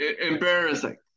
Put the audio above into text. embarrassing